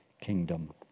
kingdom